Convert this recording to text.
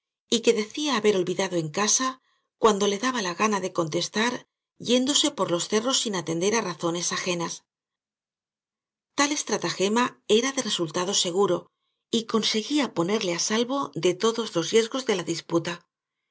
y que decía haber olvidado en casa cuando le daba la gana de contestar yéndose por los cerros sin atender á razones ajenas tal estratagema era de resultado seguro y conseguía ponerle á salvo de todos los riesgos de la disputa